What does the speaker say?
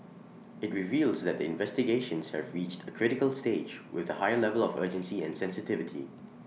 IT reveals that the investigations have reached A critical stage with higher level of urgency and sensitivity